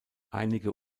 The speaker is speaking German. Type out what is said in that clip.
einige